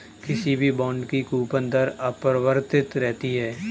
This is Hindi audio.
किसी भी बॉन्ड की कूपन दर अपरिवर्तित रहती है